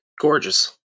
Gorgeous